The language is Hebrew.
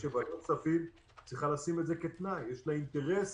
ועדת הכספים צריכה לשים את זה כתנאי, יש לה אינטרס